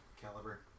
caliber